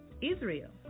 Israel